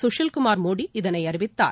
சுஷில் குமார் மோடி இதனை அறிவித்தார்